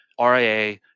RIA